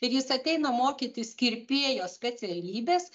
ir jis ateina mokytis kirpėjo specialybės